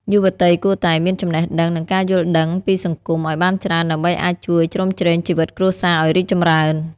យុវតីគួរតែ "មានចំណេះដឹង និងការយល់ដឹងពីសង្គម" ឱ្យបានច្រើន ដើម្បីអាចជួយជ្រោមជ្រែងជីវិតគ្រួសារឱ្យរីកចម្រើន។